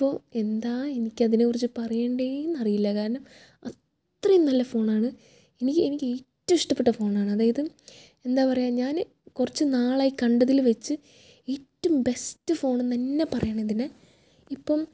അപ്പം എന്താണ് എനിക്ക് അതിനെ കുറിച്ച് പറയണ്ടതെന്ന് അറിയില്ല കാരണം അത്രയും നല്ല ഫോണാണ് എനിക്ക് എനിക്ക് ഏറ്റവും ഇഷ്ടപ്പെട്ട ഫോണാണ് അതായത് എന്താണ് പറയുക ഞാൻ കുറച്ച് നാളായി കണ്ടതിൽ വച്ച് ഏറ്റവും ബെസ്റ്റ് ഫോൺ എന്ന് തന്നെ പറയണം ഇതിനെ ഇപ്പം